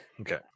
Okay